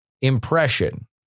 impression